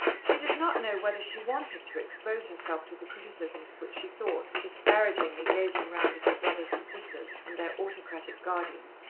she did not know whether she wanted to expose herself to the criticisms which she thought, disparagingly gazing round at her brothers and sisters and their autocratic guardian,